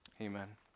Amen